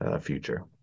future